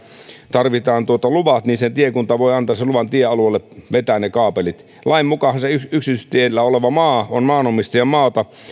tarvitaan luvat niin tiekunta voi antaa sen luvan vetää tiealueelle ne kaapelit lain mukaanhan se yksityistiellä oleva maa on maanomistajan maata